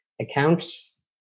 accounts